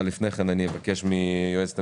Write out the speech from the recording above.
לפני כן, חבר הכנסת בליאק,